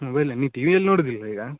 ಮೊಬೈಲಾ ನೀ ಟಿ ವಿಯಲ್ಲಿ ನೋಡೋದಿಲ್ವ ಈಗ